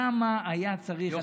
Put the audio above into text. למה היה צריך?